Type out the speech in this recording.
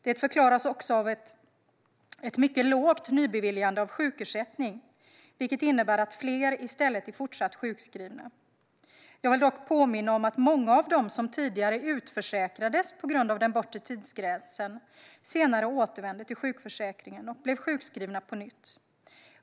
Det förklaras också av ett mycket lågt nybeviljande av sjukersättning, vilket innebär att fler istället är fortsatt sjukskrivna. Jag vill dock påminna om att många av dem som tidigare utförsäkrades på grund av den bortre tidsgränsen senare återvände till sjukförsäkringen och blev sjukskrivna på nytt.